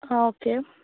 ആ ഓക്കെ